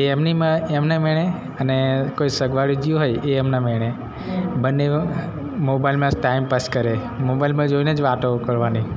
એ એમનીમાં એમનેમ એણે અને કોઈ સગવડ જી હોય એ એમનેમ એણે બને મોબાઈલમાં જ ટાઇમપાસ કરે મોબાઈલમાં જોઈને જ વાતો કરવાની